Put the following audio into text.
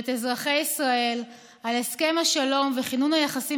ואת אזרחי ישראל על הסכם השלום וכינון היחסים